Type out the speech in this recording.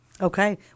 Okay